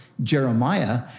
Jeremiah